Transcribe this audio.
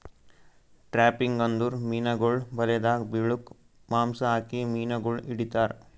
trapping ಅಂದುರ್ ಮೀನುಗೊಳ್ ಬಲೆದಾಗ್ ಬಿಳುಕ್ ಮಾಂಸ ಹಾಕಿ ಮೀನುಗೊಳ್ ಹಿಡಿತಾರ್